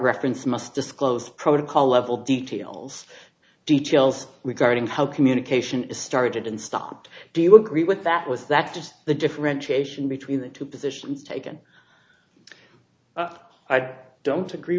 reference must disclose protocol level details details regarding how communication is started and stopped do you agree with that was that just the differentiation between the two positions taken i don't agree